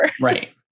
Right